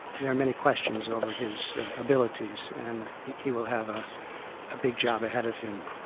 there are many questions over his abilities, and he he will have a ah big job ahead of him.